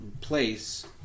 place